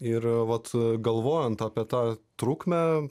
ir vat galvojant apie tą trukmę